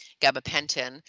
gabapentin